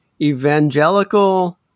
evangelical